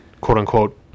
quote-unquote